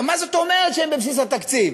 מה זאת אומרת שהם בבסיס התקציב?